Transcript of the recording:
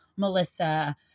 melissa